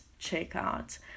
checkout